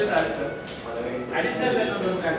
जमीनमा खोल वर जे पानी सापडस त्याले जीवाश्म पाणी म्हणतस